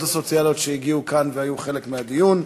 הסוציאליות שהגיעו לכאן והיו חלק מהדיון.